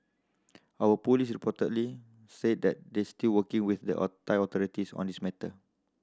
our police reportedly say that they still working with the Thai authorities on this matter